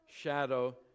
shadow